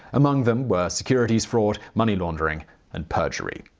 among them were securities fraud, money laundering and perjury.